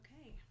Okay